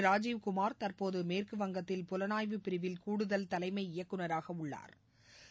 ராஜுவ் குமார் தற்போது மேற்கு வங்கத்தில் புவனாய்வு பிரிவில் கூடுதல் தலைமை இயக்குனராக உள்ளா்